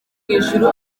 ijuru